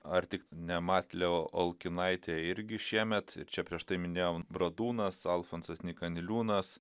ar tik ne matlę olkinaitę irgi šiemet ir čia prieš tai minėjau bradūnas alfonsas nyka niliūnas